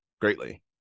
greatly